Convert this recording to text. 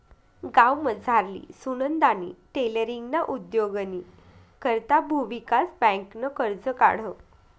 गावमझारली सुनंदानी टेलरींगना उद्योगनी करता भुविकास बँकनं कर्ज काढं